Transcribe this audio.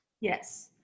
Yes